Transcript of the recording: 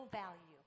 value